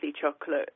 chocolate